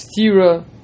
stira